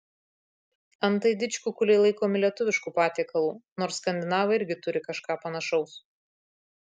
antai didžkukuliai laikomi lietuvišku patiekalu nors skandinavai irgi turi kažką panašaus